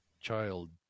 child